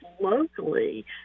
locally